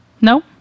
No